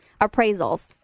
appraisals